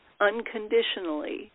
unconditionally